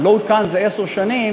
שלא עודכן זה עשר שנים,